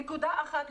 נקודה אחת,